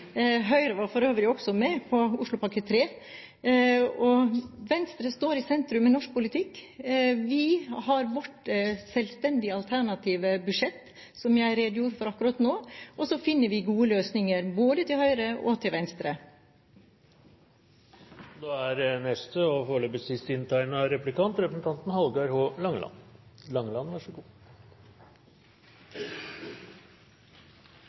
Høyre var for øvrig også med på Oslopakke 3. Venstre står i sentrum i norsk politikk. Vi har vårt selvstendige alternative budsjett, som jeg redegjorde for akkurat nå, og så finner vi gode løsninger både til høyre og til venstre. Representanten Tenden – tidlegare nestleiar av transportkomiteen – hadde ein visitt til meg knytt opp mot byane og